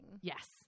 Yes